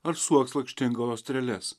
ar suoks lakštingalos treles